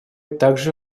также